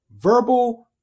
Verbal